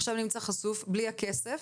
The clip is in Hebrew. עכשיו נמצא חשוף בלי הכסף,